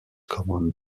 common